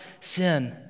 sin